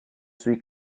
sui